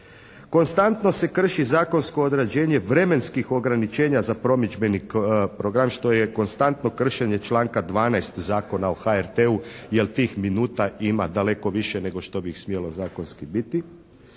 Konstantno se krši zakonsko određenje vremenskih ograničenja za promidžbeni program što je konstantno kršenje članka 12. Zakona o HRT-u jer tih minuta ima daleko više nego što bi ih smjelo zakonski biti